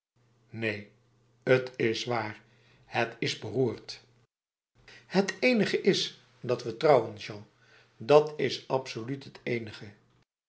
neen het is waar het is beroerd het enige is dat we trouwen jean dat is absoluut het enige